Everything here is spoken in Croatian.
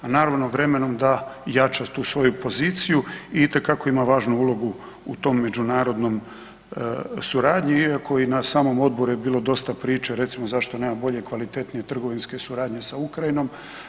A naravno vremenom da jača tu svoju poziciju i itekako ima važnu ulogu u toj međunarodnoj suradnji, iako i na samom odboru je bilo dosta priče recimo zašto nema bolje, kvalitetnije suradnje sa Ukrajinom.